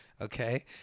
Okay